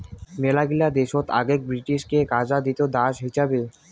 মেলাগিলা দেশত আগেক ব্রিটিশকে কাজা দিত দাস হিচাবে